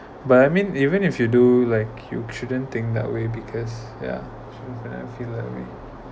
but I mean even if you do like you shouldn't think that way because yeah true lah I feel that way